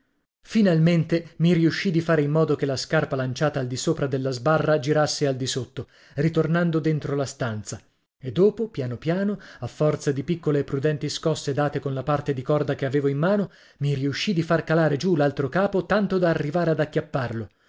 finalmente mi riuscì di fare in modo che la scarpa lanciata al disopra della sbarra girasse al di sotto ritornando dentro la stanza e dopo piano piano a forza di piccole e prudenti scosse date con la parte di corda che avevo in mano mi riuscì di far calare giù l'altro capo tanto da arrivare ad acchiapparlo